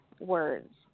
words